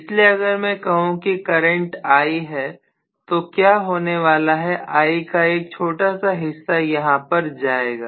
इसलिए अगर मैं कहूं कि करंट कुछ I है तो क्या होने वाला है I का एक छोटा सा हिस्सा यहां पर जाएगा